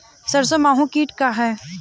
सरसो माहु किट का ह?